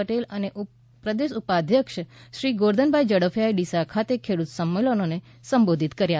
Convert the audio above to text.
પટેલે અને પ્રદેશ ઉપાધ્યક્ષશ્રી ગોરધનભાઇ ઝડફિયાએ ડીસા ખાતે ખેડૂત સંમેલનોને સંબોધિત કર્યા